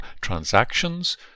transactions